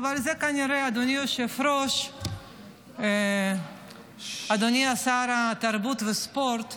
אדוני היושב-ראש, אדוני שר התרבות והספורט,